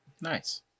Nice